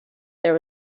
there